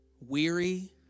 weary